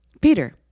Peter